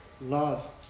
Love